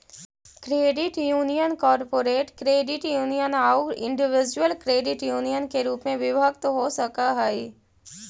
credit union corporate credit union आउ individual credit union के रूप में विभक्त हो सकऽ हइ